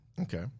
Okay